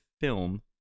film